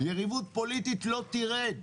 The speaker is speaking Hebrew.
יריבות פוליטית לא תרד.